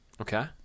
Okay